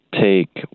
take